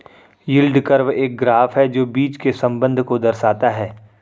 yield curve एक graph है जो बीच के संबंध को दर्शाता है